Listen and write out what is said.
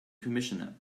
commissioner